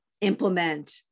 implement